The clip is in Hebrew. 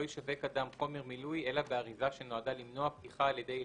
לא ישווק אדם חומר מילוי אלא באריזה שנועדה למנוע פתיחה על ידי ילדים,